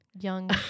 young